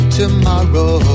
tomorrow